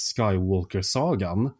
Skywalker-sagan